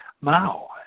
Mao